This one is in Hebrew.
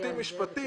התחייבותי משפטי